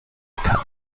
erkannt